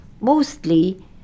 mostly